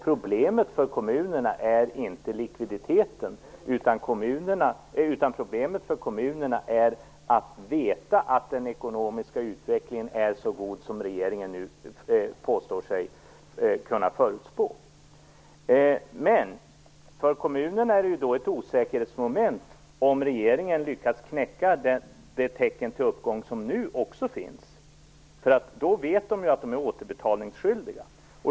Problemet för kommunerna är inte likviditeten, utan om den ekonomiska utvecklingen blir så god som regeringen påstår sig kunna förutspå. Men det finns ju ett osäkerhetsmoment för kommunerna. Skall regeringen lyckas knäcka det tecken till uppgång som nu också finns? Då vet de ju att de är återbetalningsskyldiga.